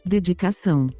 Dedicação